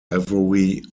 every